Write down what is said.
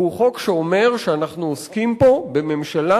והוא חוק שאומר שאנחנו עוסקים פה בממשלה